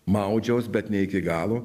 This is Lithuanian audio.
maudžiaus bet ne iki galo